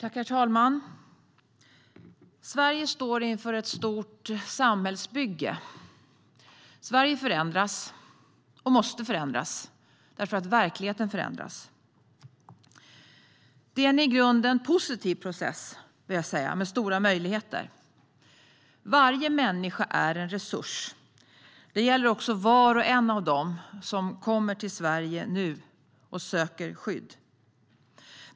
Herr talman! Sverige står inför ett stort samhällsbygge. Sverige förändras och måste förändras därför att verkligheten förändras. Det är en i grunden positiv process med stora möjligheter. Varje människa är en resurs. Det gäller också var och en av dem som kommer till Sverige nu och söker skydd.